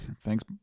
Thanks